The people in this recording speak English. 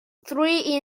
three